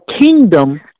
kingdom